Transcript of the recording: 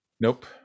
nope